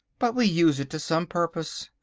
but we use it to some purpose.